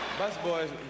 Busboys